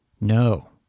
No